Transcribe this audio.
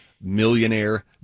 millionaire